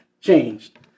changed